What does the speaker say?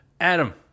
Adam